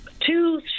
two